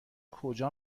کجا